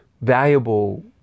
valuable